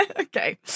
Okay